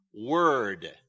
word